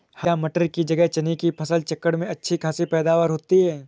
क्या मटर की जगह चने की फसल चक्रण में अच्छी खासी पैदावार होती है?